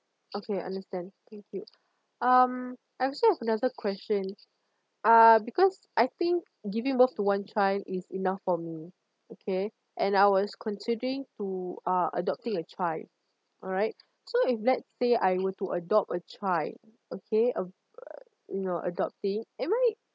okay understand thank you um I also have another question uh because I think giving birth to one child is enough for me okay and I was considering to uh adopting a child alright so if let's say I were to adopt a child okay uh you know adopting am I